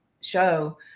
show